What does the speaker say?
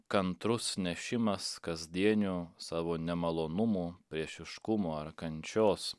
kantrus nešimas kasdienių savo nemalonumų priešiškumo ar kančios